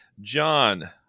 John